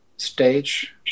stage